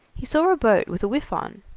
he saw a boat with a whiff on.